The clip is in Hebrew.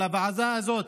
אבל הוועדה הזאת,